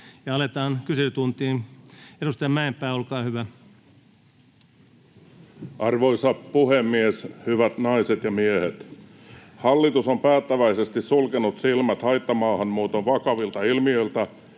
Aletaan kyselytuntiin. — Edustaja Mäenpää, olkaa hyvä. Arvoisa puhemies! Hyvät naiset ja miehet! Hallitus on päättäväisesti sulkenut silmät haittamaahanmuuton vakavilta ilmiöiltä